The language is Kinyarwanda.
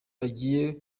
agiye